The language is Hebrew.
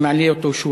אני מעלה אותו שוב.